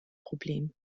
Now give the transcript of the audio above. problem